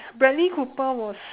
bradley-cooper was